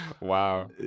Wow